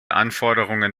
anforderungen